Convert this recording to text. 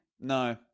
No